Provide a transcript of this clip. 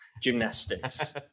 Gymnastics